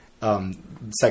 Second